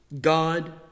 God